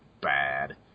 bad